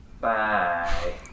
bye